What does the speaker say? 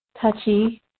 touchy